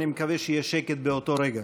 אני מקווה שיהיה שקט באותו רגע.